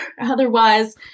Otherwise